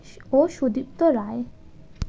ও Sudipta রায়